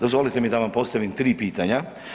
Dozvolite mi da vam postavim tri pitanja.